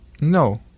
No